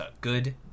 good